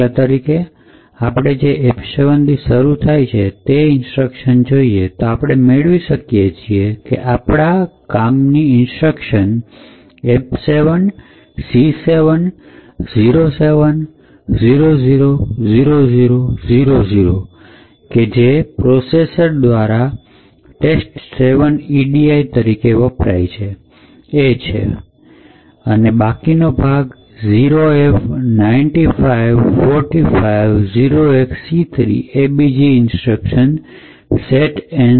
દાખલા તરીકે આપણે જે F7 થી શરૂ થાય છે તેને ઇન્સ્ટ્રક્શન જોઈએ અને આપણે મેળવીએ છીએ કે કામની ઇન્સ્ટ્રક્શન F7C707000000 કે જે પ્રોસેસર્સ દ્વારા test 7 edi તરીકે વપરાય છે અને બાકીનો ભાગ 0f95450xC3 એ બીજી ઇન્સ્ટ્રક્શન setnzb નો છે